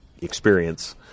experience